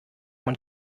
man